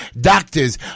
doctors